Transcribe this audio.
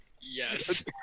Yes